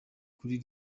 kuri